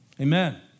Amen